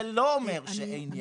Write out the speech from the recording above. זה לא אומר שאין יעד,